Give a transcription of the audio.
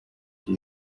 iki